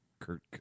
Kirk